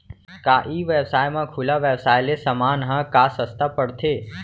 का ई व्यवसाय म खुला व्यवसाय ले समान ह का सस्ता पढ़थे?